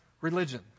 religion